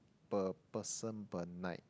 per person per night